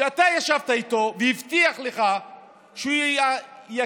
שאתה ישבת איתו והוא הבטיח לך שהוא יאשר